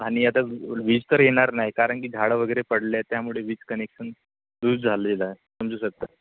आणि आता वी वीज तर येणार नाही कारण की झाडं वगैरे पडले आहे त्यामुळे वीज कनेक्शन लूज झालेलं आहे समजू शकता